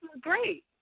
great